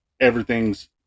everything's